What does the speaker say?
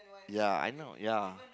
ya I know ya